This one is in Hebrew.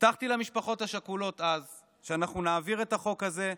הבטחתי למשפחות השכולות אז שאנחנו נעביר את החוק הזה,